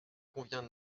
convient